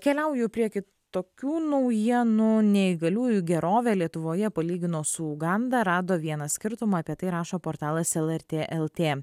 keliauju prie kitokių naujienų neįgaliųjų gerovę lietuvoje palygino su uganda rado vieną skirtumą apie tai rašo portalas lrt lt